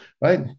right